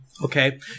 Okay